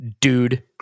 dude